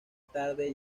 tarde